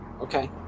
okay